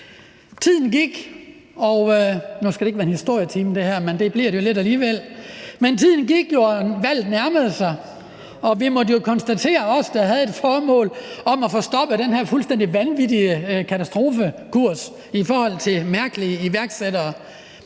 alligevel – og valget nærmede sig, og vi måtte jo konstatere, altså os, der havde det formål at få stoppet den her fuldstændig vanvittige katastrofekurs i forhold til mærkelige iværksættere,